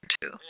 two